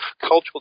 cultural